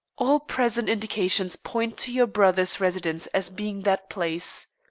all present indications point to your brother's residence as being that place.